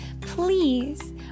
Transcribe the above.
Please